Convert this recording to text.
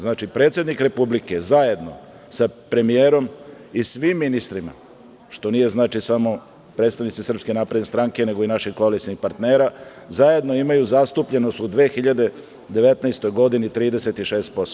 Znači, predsednik Republike zajedno sa premijerom i svim ministrima, što nije samo predstavnici SNS, nego i naši koalicioni partneri, zajedno imaju zastupljenost u 2019. godini 36%